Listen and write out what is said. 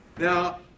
Now